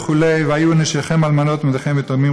וכו' והיו נשיכם אלמנות ובניכם יתומים,